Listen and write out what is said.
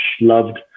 loved